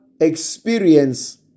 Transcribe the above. experience